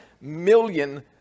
million